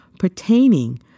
pertaining